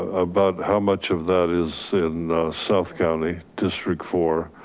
about how much of that is in south county district four,